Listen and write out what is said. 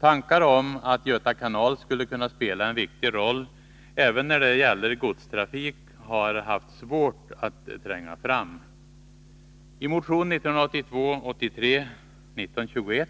Tankar om att Göta kanal skulle kunna spela en viktig roll även när det gäller godstrafik har haft svårt att tränga fram. I motion 1982/83:1921